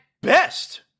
best